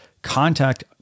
contact